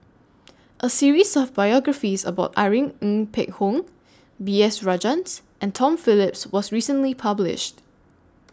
A series of biographies about Irene Ng Phek Hoong B S Rajhans and Tom Phillips was recently published